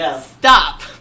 stop